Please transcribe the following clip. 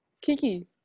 Kiki